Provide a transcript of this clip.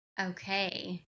Okay